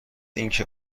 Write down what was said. اینکه